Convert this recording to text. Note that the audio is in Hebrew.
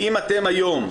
אם אתם היום,